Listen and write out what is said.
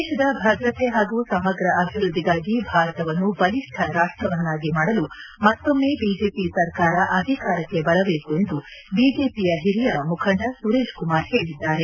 ದೇಶದ ಭದ್ರತೆ ಹಾಗೂ ಸಮಗ್ರ ಅಭಿವೃದ್ಧಿಗಾಗಿ ಭಾರತವನ್ನು ಬಲಿಷ್ಠ ರಾಷ್ಟವನ್ನಾಗಿ ಮಾಡಲು ಮತ್ತೊಮ್ಮೆ ಬಿಜೆಪಿ ಸರ್ಕಾರ ಅಧಿಕಾರಕ್ಕೆ ಬರಬೇಕು ಎಂದು ಬಿಜೆಪಿಯ ಹಿರಿಯ ಮುಖಂಡ ಸುರೇಶ್ ಕುಮಾರ್ ಹೇಳಿದ್ದಾರೆ